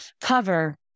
cover